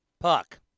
Puck